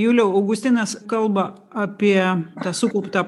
juliau augustinas kalba apie tą sukauptą